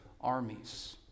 armies